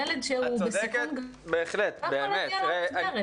ילד שהוא בסיכון גבוה לא יכול להגיע למסגרת.